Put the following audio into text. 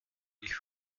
ich